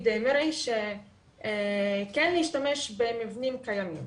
מרעי שהציע כן להשתמש במבנים קיימים.